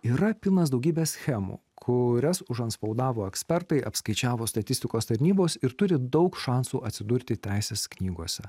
yra pilnas daugybės schemų kurias užantspaudavo ekspertai apskaičiavo statistikos tarnybos ir turi daug šansų atsidurti teisės knygose